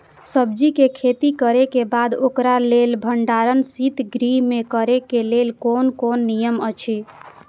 सब्जीके खेती करे के बाद ओकरा लेल भण्डार शित गृह में करे के लेल कोन कोन नियम अछि?